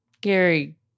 Gary